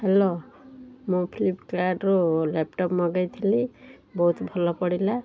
hello ମୁଁ ଫ୍ଲିପକାର୍ଟରୁ laptop ମଗାଇ ଥିଲି ବହୁତ ଭଲ ପଡ଼ିଲା